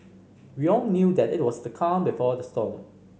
we all knew that it was the calm before the storm